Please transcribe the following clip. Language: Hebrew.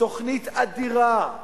תוכנית אדירה,